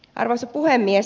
arvoisa puhemies